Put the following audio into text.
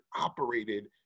operated